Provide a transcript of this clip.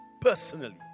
personally